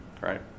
right